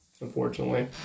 unfortunately